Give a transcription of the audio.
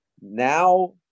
Now